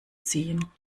ziehen